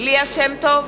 ליה שמטוב,